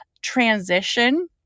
transition